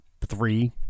three